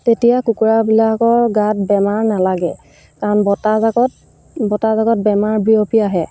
তেতিয়া কুকুৰাবিলাকৰ গাত বেমাৰ নালাগে কাৰণ বতাহজাকত বতাহজাকত বেমাৰ বিয়পি আহে